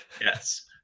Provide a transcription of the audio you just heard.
Yes